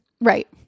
Right